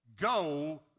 Go